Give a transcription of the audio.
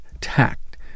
tact